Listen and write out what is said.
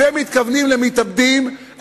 אתם מתכוונים למתאבדים?